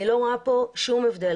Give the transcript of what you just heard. אני לא רואה פה שום הבדל.